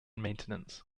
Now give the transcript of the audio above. maintenance